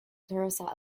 teresa